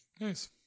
Nice